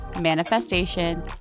manifestation